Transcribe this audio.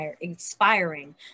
inspiring